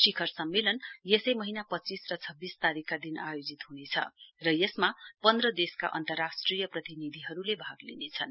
शिखर सम्मेलन यसै महीना पञ्चीस र छव्बीस तारीकका दिन आयोजित हुनेछ र यसमा पन्ध्र देशका अन्तर्राष्ट्रिय प्रतिनिधिहरुले भाग लिनेछन्